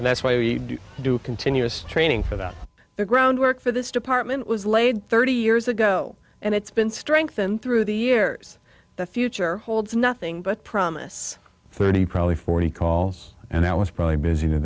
that's why we do continuous training for that the groundwork for this department was laid thirty years ago and it's been strengthened through the years the future holds nothing but promise thirty probably forty calls and that was probably busy to